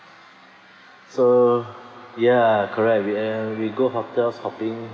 so ya correct we we go hotels hopping